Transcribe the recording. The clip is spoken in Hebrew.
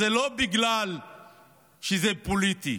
זה לא בגלל שזה פוליטי,